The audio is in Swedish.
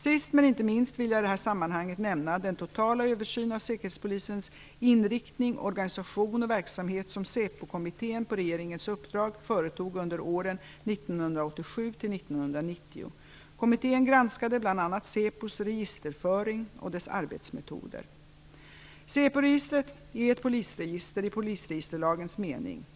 Sist men inte minst vill jag i detta sammanhang nämna den totala översyn av säkerhetspolisens inriktning, organisation och verksamhet som Säpokommittén på regeringens uppdrag företog under åren Säporegistret är ett polisregister i polisregisterlagens mening.